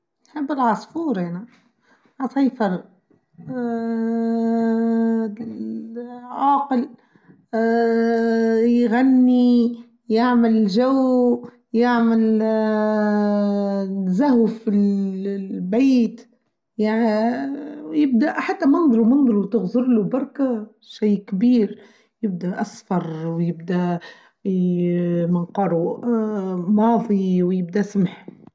نحب العصفور أنا أطيب فرق اااا عاقل اااا يغني يعمل جو يعمل زهو في البيت اااا و يبدأ حتى منظره منظره تغذر له بركة شي كبير يبدأ أصفر ويبدأ يمنقره ماضي ويبدأ يسمح.